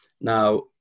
now